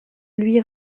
lui